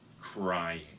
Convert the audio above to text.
crying